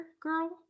girl